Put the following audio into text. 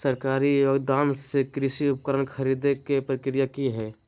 सरकारी योगदान से कृषि उपकरण खरीदे के प्रक्रिया की हय?